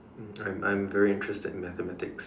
I'm I'm very interested in mathematics